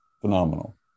Phenomenal